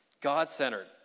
God-centered